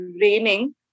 raining